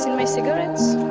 my cigarettes?